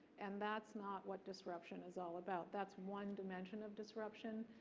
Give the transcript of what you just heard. and that's not what disruption is all about. that's one dimension of disruption,